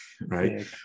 right